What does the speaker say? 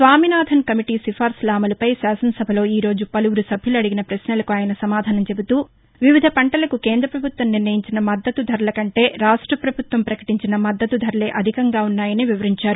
Swaminathan committee సిఫారసుల అమలుపై శాసనసభలో ఈ రోజు పలువురు సభ్యులు అడిగిన ప్రశ్నలకు ఆయన సమాధానం చెబుతూవివిధ పంటలకు కేంద్రప్రభుత్వం నిర్ణయించిన మద్దతు ధరల కంటే రాష్ట్రపభుత్వం ప్రకటించిన మద్దతు ధరలే అధికంగా వున్నాయని వివరించారు